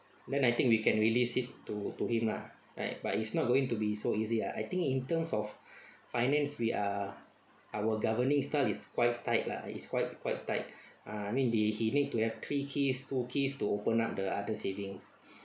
then I think we can release it to to him lah but but it's not going to be so easy lah I think in terms of finance we are our governing style is quite tight lah it's quite quite tight uh I mean the he need to have three keys two keys to open up the other savings